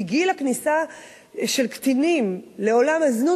כי גיל הכניסה של קטינים לעולם הזנות